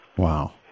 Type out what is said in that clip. Wow